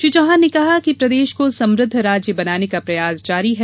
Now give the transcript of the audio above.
उन्होंने कहा कि प्रदेश को समृद्ध राज्य बनाने का प्रयास जारी है